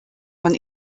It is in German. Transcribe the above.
man